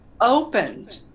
opened